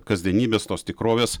kasdienybės tos tikrovės